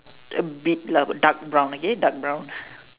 a bit lah but dark brown okay dark brown